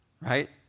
right